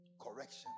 correction